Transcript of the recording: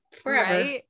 forever